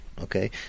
okay